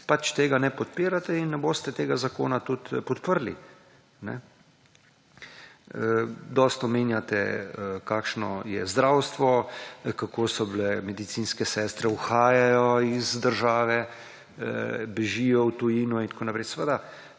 Pač tega ne podpirate in ne boste tega zakona tudi podprli. Dosti omenjate kakšno je zdravstvo, kako so bile medicinske sestre uhajajo iz države, bežijo v tujino in tako naprej. Seveda